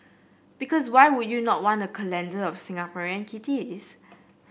because why would you not want a calendar of Singaporean kitties